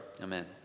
Amen